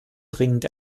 dringend